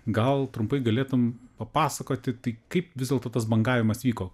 gal trumpai galėtum papasakoti tai kaip vis dėlto tas bangavimas vyko